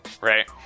right